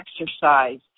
exercise